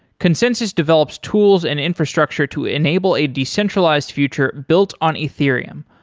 consensys develops tools and infrastructure to enable a decentralized future built on ethereum,